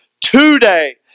today